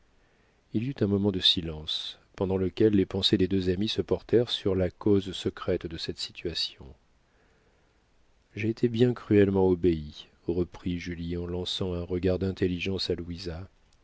il y eut un moment de silence pendant lequel les pensées des deux amies se portèrent sur la cause secrète de cette situation j'ai été bien cruellement obéie reprit julie en lançant un regard d'intelligence à louisa